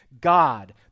God